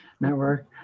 Network